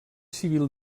civil